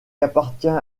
appartient